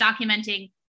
documenting